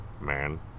man